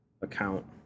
account